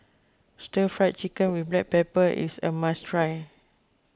Stir Fried Chicken with Black Pepper is a must try